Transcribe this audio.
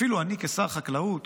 אפילו אני כשר החקלאות